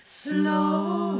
slow